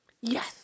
yes